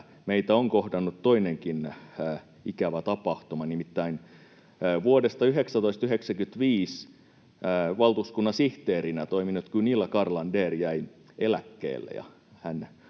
meitä on kohdannut toinenkin ikävä tapahtuma, nimittäin vuodesta 1995 valtuuskunnan sihteerinä toiminut Gunilla Carlander jäi eläkkeelle,